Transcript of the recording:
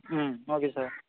ம் okay sir